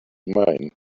mine